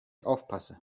aufpasse